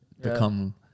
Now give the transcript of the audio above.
become